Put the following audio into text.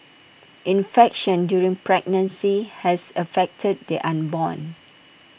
infection during pregnancy has affected the unborn